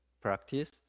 practice